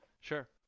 Sure